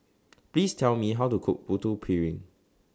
Please Tell Me How to Cook Putu Piring